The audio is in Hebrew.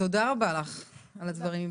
תודה רבה לך על הדברים,